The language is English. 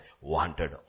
wanted